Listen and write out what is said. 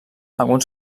alguns